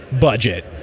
budget